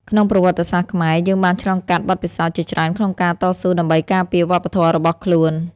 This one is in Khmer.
ក្នុងប្រវត្តិសាស្ត្រខ្មែរ យើងបានឆ្លងកាត់បទពិសោធន៍ជាច្រើនក្នុងការតស៊ូដើម្បីការពារវប្បធម៌របស់ខ្លួន។